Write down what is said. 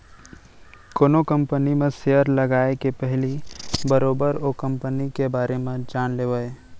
कोनो कंपनी म सेयर लगाए के पहिली बरोबर ओ कंपनी के बारे म जान लेवय